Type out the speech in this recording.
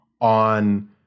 on